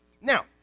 Now